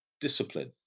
discipline